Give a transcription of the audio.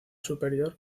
superior